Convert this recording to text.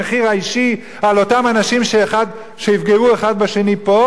האישי על אותם אנשים שיפגעו אחד בשני פה?